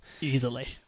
Easily